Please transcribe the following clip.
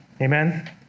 Amen